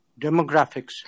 demographics